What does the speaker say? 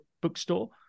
bookstore